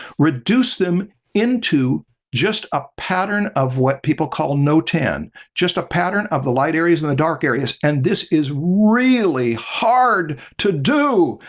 reduce them into just a pattern of what people call notan. just a pattern of the light areas and the dark areas, and this is really hard to do.